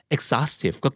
Exhaustive